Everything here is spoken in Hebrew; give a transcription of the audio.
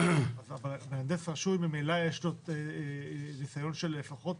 אבל מהנדס רשוי ממילא יש לו ניסיון של לפחות